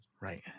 right